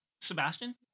Sebastian